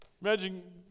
Imagine